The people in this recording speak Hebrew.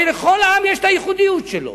הרי לכל עם יש הייחודיות שלו.